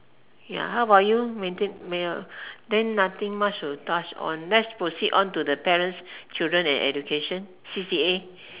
ya how about you Mei-Ting then nothing much to touch on let's proceed on to the parents children and education C_C_A